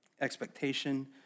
Expectation